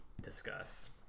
discuss